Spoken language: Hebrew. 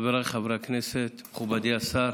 חבריי חברי הכנסת, מכובדי השר,